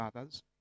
others